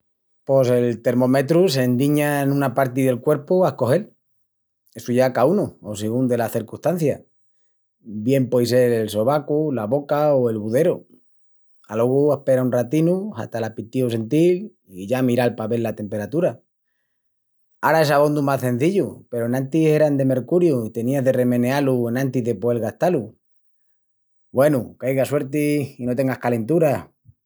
Pos el termometru se endiña en una parti del cuerpu a escogel, essu ya caúnu o sigún dela cercustancia. Bien puei sel el sobacu, la boca o el buderu. Alogu aspera un ratinu hata l'apitíu sentil i ya miral pa vel la temperatura. Ara es abondu más cenzillu peru enantis eran de mercuriu i tenías de remeneá-lu enantis de poel gastá-lu. Güenu, qu'aiga suerti i no tengas calentura!